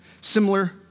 similar